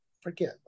forget